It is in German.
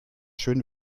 schön